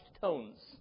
tones